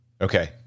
okay